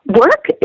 work